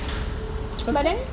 but then